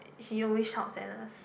she always shouts at us